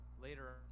later